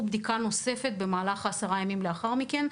בדיקה נוספת במהלך העשרה ימים שלאחר מכן,